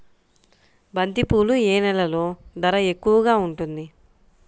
బంతిపూలు ఏ నెలలో ధర ఎక్కువగా ఉంటుంది?